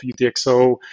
UTXO